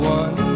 one